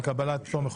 הצעת חוק הספורט (תיקון) (הסדרת העיסוק באימון ספורט),